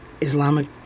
Islamic